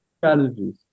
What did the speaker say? strategies